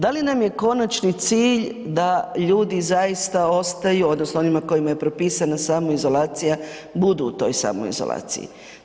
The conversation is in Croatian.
Da li nam je konačni cilj da ljudi zaista ostaju odnosno onima kojima je propisana samoizolacija budu u toj samoizolaciji?